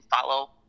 follow